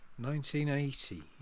1980